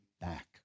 back